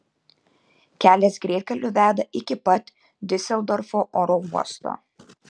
kelias greitkeliu veda iki pat diuseldorfo oro uosto